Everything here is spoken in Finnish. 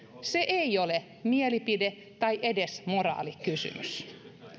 se ei ole mielipide tai edes moraalikysymys